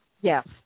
Yes